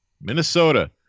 Minnesota